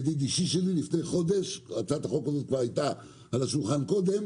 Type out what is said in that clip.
ידיד אישי שלי לפני חודש הצעת החוק הזאת כבר הייתה על השולחן קודם